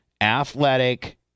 athletic